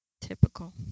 Typical